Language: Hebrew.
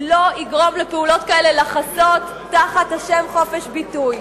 לא יגרום לפעולות כאלה לחסות תחת השם "חופש ביטוי".